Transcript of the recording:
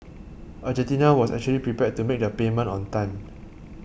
Argentina was actually prepared to make the payment on time